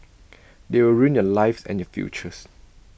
they will ruin your lives and your future